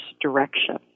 direction